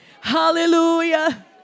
Hallelujah